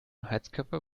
heizkörper